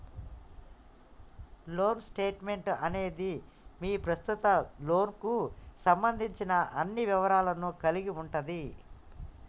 loan statement అనేది మీ ప్రస్తుత లోన్కు సంబంధించిన అన్ని వివరాలను కలిగి ఉంటది